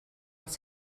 els